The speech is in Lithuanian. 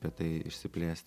apie tai išsiplėst